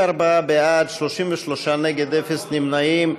44 בעד, 33 נגד, אפס נמנעים.